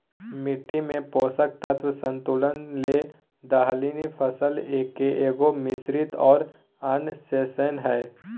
मिट्टी में पोषक तत्व संतुलन ले दलहनी फसल के एगो, मिश्रित और अन्तर्शस्ययन हइ